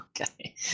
Okay